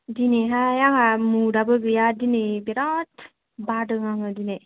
दिनैहाय आंहा मुदयाबो गैया दिनै बिराट बादों आङो दिनै